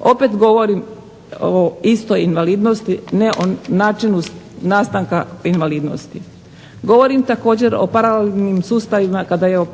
Opet govorim o istoj invalidnosti, ne o načinu nastanka invalidnosti. Govorim također o paralelnim sustavima kada j